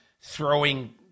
throwing